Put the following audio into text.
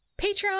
patreon